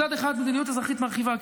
מצד אחד, מדיניות אזרחיות מרחיבה.